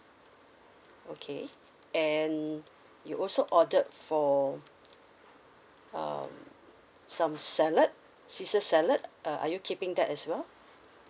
okay and you also ordered for um some salad caesar salad uh are you keeping that as well